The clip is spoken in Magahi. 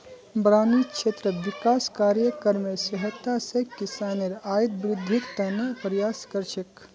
बारानी क्षेत्र विकास कार्यक्रमेर सहायता स किसानेर आइत वृद्धिर त न प्रयास कर छेक